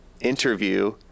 interview